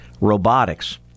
robotics